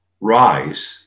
rise